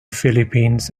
philippines